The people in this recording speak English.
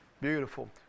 Beautiful